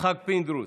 יצחק פינדרוס,